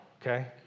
okay